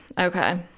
Okay